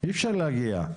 להגיע למקום.